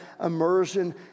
immersion